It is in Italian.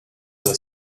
dal